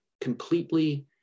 completely